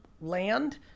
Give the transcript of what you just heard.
Land